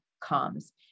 comes